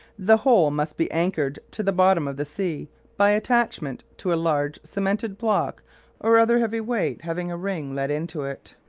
the whole must be anchored to the bottom of the sea by attachment to large cemented block or other heavy weight having a ring let into it,